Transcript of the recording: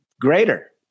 greater